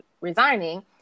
resigning